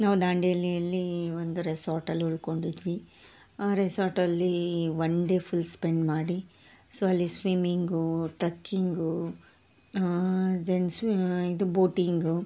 ನಾವು ದಾಂಡೇಲಿಯಲ್ಲಿ ಒಂದು ರೆಸಾರ್ಟಲ್ಲಿ ಉಳ್ಕೊಂಡಿದ್ವಿ ಆ ರೆಸಾರ್ಟಲ್ಲಿ ಒನ್ ಡೇ ಫುಲ್ ಸ್ಪೆಂಡ್ ಮಾಡಿ ಸೊ ಅಲ್ಲಿ ಸ್ವಿಮಿಂಗು ಟ್ರಕ್ಕಿಂಗು ಜಂಟ್ಸು ಇದು ಬೋಟಿಂಗು